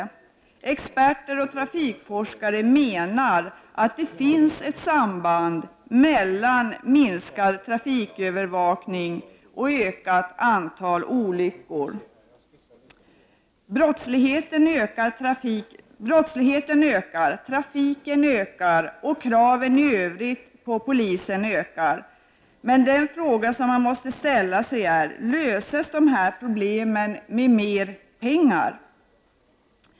Experter och trafikforskare menar att det finns ett samband mellan minskad trafikövervakning och ökat antal olyckor. Brottsligheten ökar, trafiken ökar och kraven i övrigt på polisen ökar. Men den fråga man måste ställa sig är: Löses dessa problem med mer pengar?